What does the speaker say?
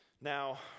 Now